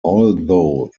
although